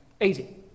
Easy